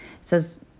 says